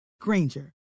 Granger